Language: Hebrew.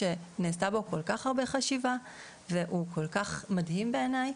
שנעשתה בו כל כך הרבה חשיבה והוא כל כך מדהים בעיניי,